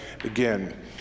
Again